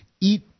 eat